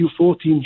U14